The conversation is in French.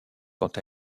quant